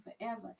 forever